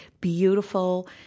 beautiful